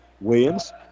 Williams